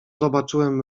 zobaczyłem